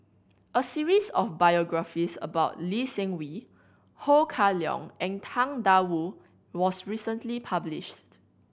a series of biographies about Lee Seng Wee Ho Kah Leong and Tang Da Wu was recently published